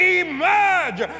emerge